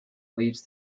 leaves